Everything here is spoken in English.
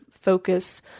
focus